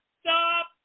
stop